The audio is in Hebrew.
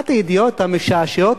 אחת הידיעות המשעשעות,